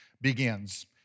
begins